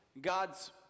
God's